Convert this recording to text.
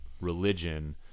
religion